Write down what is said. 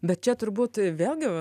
bet čia turbūt vėlgi